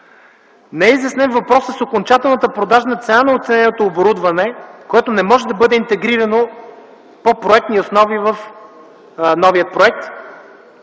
е изяснен въпросът с окончателната продажна цена на оцененото оборудване, което не може да бъде интегрирано по проектни основи в новия проект.